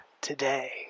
today